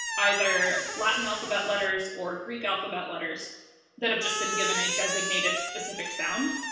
either latin alphabet letters or greek alphabet letters that have just been given a designated specific sound,